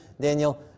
Daniel